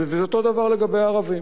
ואותו דבר לגבי הערבים.